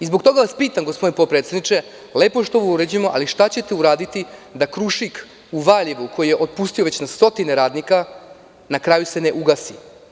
Zbog toga vas pitam, gospodine potpredsedniče, lepo je što ovo uređujemo, ali šta ćete uraditi da se „Krušik“ u Valjevu, koji je otpustio već na stotine radnika, ne ugasi.